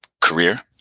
career